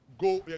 go